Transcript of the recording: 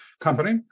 company